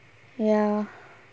ya